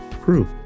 crew